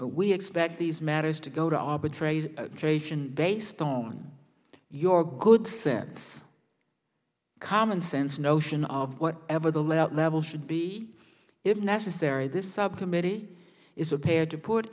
we expect these matters to go to arbitration and based on your good sense common sense notion of what ever the level should be if necessary this subcommittee is a pair to put